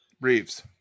Reeves